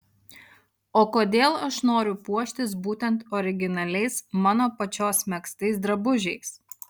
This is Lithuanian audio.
o kodėl aš noriu puoštis būtent originaliais mano pačios megztais drabužiais